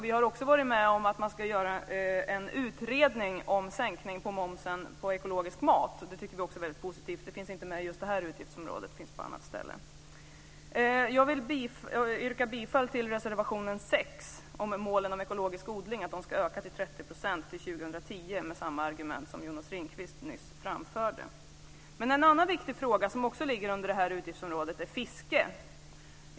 Vi har också varit med och sagt att man ska göra en utredning om sänkning av momsen på ekologisk mat. Det tycker vi också är väldigt positivt. Det finns inte med under just det här utgiftsområdet utan det finns på annat ställe. Jag yrkar bifall till reservation 6, om målet att den ekologiska odlingen ska öka till 30 % till 2010 med samma argument som Jonas Ringqvist nyss framförde. En annan viktig fråga som ligger under det här utgiftsområdet är fiske.